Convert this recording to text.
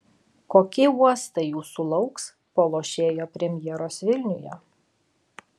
kokie uostai jūsų lauks po lošėjo premjeros vilniuje